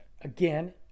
again